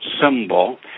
symbol